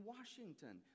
Washington